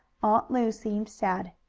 aunt lu seemed sad.